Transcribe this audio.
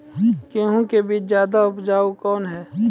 गेहूँ के बीज ज्यादा उपजाऊ कौन है?